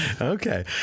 Okay